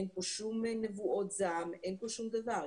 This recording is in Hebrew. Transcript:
אין פה שום נבואות זעם, אין פה שום דבר.